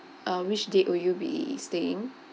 uh which date will you be staying